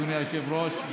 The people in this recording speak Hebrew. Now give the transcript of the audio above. אדוני היושב-ראש.